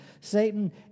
Satan